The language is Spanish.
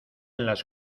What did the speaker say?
las